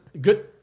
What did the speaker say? Good